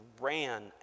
ran